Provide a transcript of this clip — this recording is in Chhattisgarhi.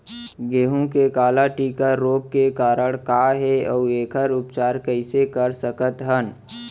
गेहूँ के काला टिक रोग के कारण का हे अऊ एखर उपचार कइसे कर सकत हन?